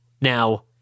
Now